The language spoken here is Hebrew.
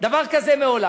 דבר כזה מעולם.